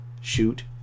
shoot